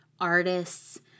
artists